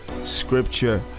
scripture